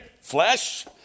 flesh